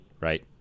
right